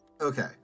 Okay